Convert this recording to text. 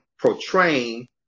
portraying